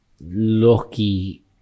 lucky